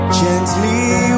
gently